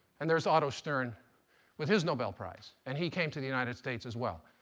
and there's otto stern with his nobel prize. and he came to the united states, as well.